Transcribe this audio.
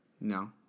No